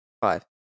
five